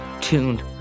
tuned